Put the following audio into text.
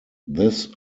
this